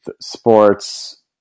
sports